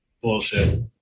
Bullshit